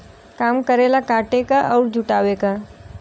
काम करेला काटे क अउर जुटावे क